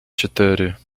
четыре